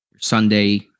Sunday